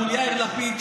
מול יאיר לפיד,